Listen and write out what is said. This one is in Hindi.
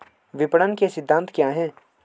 विपणन के सिद्धांत क्या हैं?